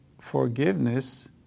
forgiveness